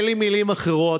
אין לי מילים אחרות.